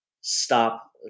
stop